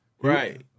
Right